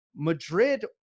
Madrid